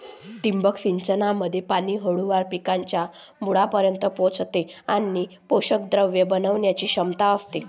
ठिबक सिंचनामध्ये पाणी हळूहळू पिकांच्या मुळांपर्यंत पोहोचते आणि पोषकद्रव्ये वाचवण्याची क्षमता असते